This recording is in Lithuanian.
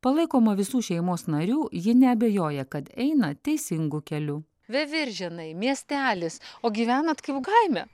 palaikoma visų šeimos narių ji neabejoja kad eina teisingu keliu veiviržėnai miestelis o gyvenat kaip kaime